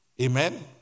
Amen